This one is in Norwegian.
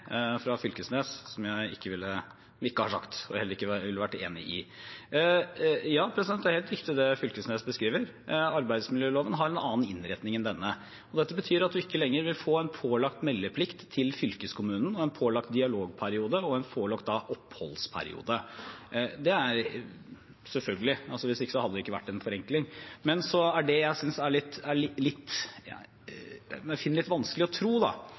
heller ikke ville vært enig i. Det er helt riktig det Fylkesnes beskriver, arbeidsmiljøloven har en annen innretning enn denne. Det betyr at en ikke lenger vil få en pålagt meldeplikt til fylkeskommunen, en pålagt dialogperiode og en pålagt oppholdsperiode. Det er selvfølgelig, hvis ikke hadde det ikke vært en forenkling. Men det jeg finner litt vanskelig å tro, er at de mange flinke, aktive, engasjerte fylkespolitikerne vi har, ikke skulle være interessert i,